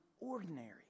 ordinary